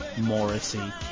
Morrissey